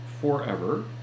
forever